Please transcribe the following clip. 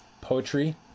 poetry